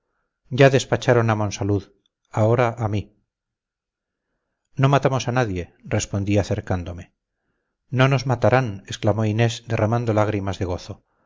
ya despacharon a monsalud ahora a mí no matamos a nadie respondí acercándome no nos matarán exclamó inés derramando lágrimas de gozo